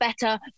better